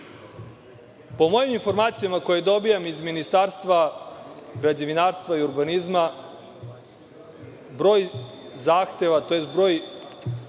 Po mojim informacijama koje dobijam iz Ministarstva građevinarstva i urbanizma, broj zahteva tj. broj